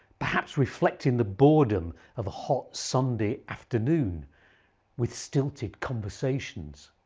perhaps reflecting the boredom of the hot sunday afternoon with stilted conversations.